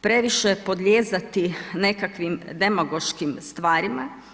previše podlijezati nekakvim demagoškim stvarima.